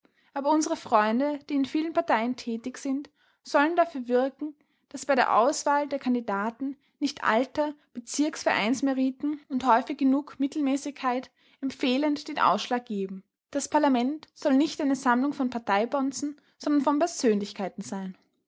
aber unsere freunde die in vielen parteien tätig sind sollen dafür wirken daß bei der auswahl der kandidaten nicht alter bezirksvereinsmeriten und häufig genug mittelmäßigkeit empfehlend den ausschlag geben das parlament soll nicht eine sammlung von parteibonzen sondern von persönlichkeiten sein